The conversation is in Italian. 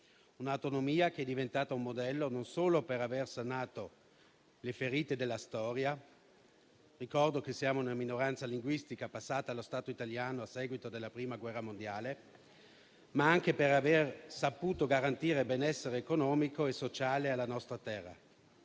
un'autonomia che è diventata un modello non solo per aver sanato le ferite della storia - ricordo che siamo una minoranza linguistica passata allo Stato italiano a seguito della Prima guerra mondiale - ma anche per aver saputo garantire benessere economico e sociale alla nostra terra.